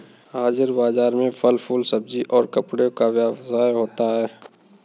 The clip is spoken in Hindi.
हाजिर बाजार में फल फूल सब्जी और कपड़े का व्यवसाय होता है